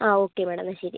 ആ okay madam എന്നാൽ ശരി